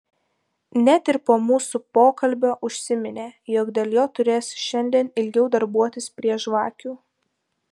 net ir po mūsų pokalbio užsiminė jog dėl jo turės šiandien ilgiau darbuotis prie žvakių